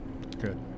Good